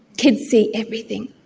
kids see everything.